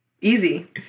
Easy